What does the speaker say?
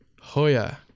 Hoya